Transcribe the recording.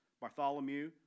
Bartholomew